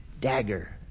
Dagger